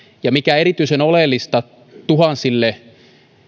ja mikä erityisen oleellista tuhansille